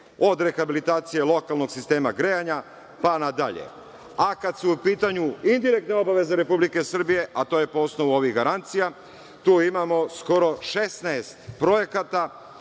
od rehabilitacije lokalnog sistema grejanja, pa na dalje. Kad su u pitanju indirektne obaveze Republike Srbije, a to je po osnovu ovih garancija, tu imamo skoro 16 projekata